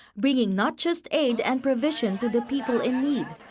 bringing not just aid and provision to the people in need,